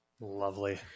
Lovely